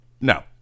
No